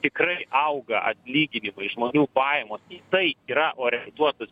tikrai auga atlyginimai žmonių pajamos į tai yra orientuotas